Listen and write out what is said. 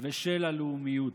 ושל הלאומיות.